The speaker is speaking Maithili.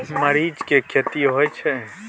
मरीच के खेती होय छय?